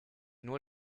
nur